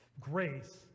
Grace